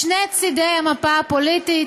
משני צדי המפה הפוליטית,